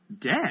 Dead